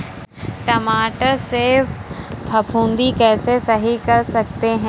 टमाटर से फफूंदी कैसे सही कर सकते हैं?